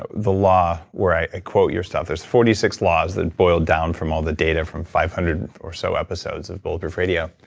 ah the law where i quote your stuff, there's forty six laws that boil down from all the data from five hundred or so episodes of bulletproof radio.